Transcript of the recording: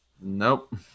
Nope